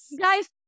Guys